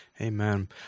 Amen